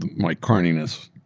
my carnyness.